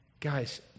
Guys